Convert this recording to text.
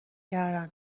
کردن